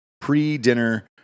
pre-dinner